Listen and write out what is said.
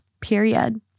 period